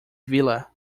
villa